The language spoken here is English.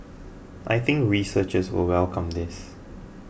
I think researchers will welcome this